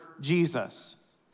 Jesus